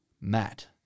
Matt